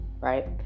right